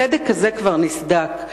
הסדק הזה כבר נסדק.